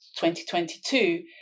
2022